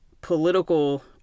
political